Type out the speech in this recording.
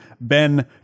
Ben